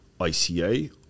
ICA